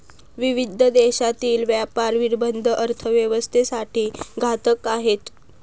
विविध देशांतील व्यापार निर्बंध अर्थव्यवस्थेसाठी घातक आहेत